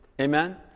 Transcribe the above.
Amen